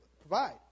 provide